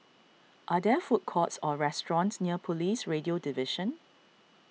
are there food courts or restaurants near Police Radio Division